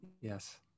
yes